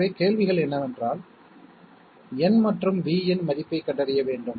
எனவே கேள்விகள் என்னவென்றால் N மற்றும் V இன் மதிப்பைக் கண்டறிய வேண்டும்